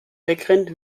wegrennt